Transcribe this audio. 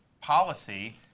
policy